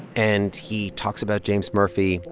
and he talks about james murphy,